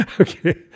Okay